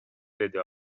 деди